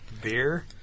Beer